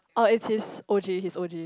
oh it's his O_G his O_G